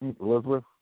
Elizabeth